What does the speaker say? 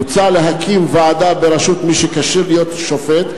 מוצע להקים ועדה בראשות מי שכשיר להיות שופט,